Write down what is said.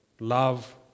love